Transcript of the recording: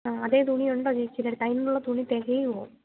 ആ അതേ തുണിയുണ്ടോ ചേച്ചിയുടെയടുത്ത് അതിനുള്ള തുണി തികയുമോ